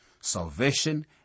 salvation